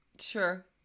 Sure